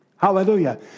Hallelujah